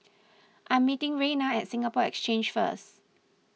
I am meeting Reina at Singapore Exchange first